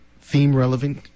theme-relevant